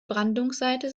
brandungsseite